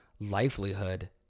livelihood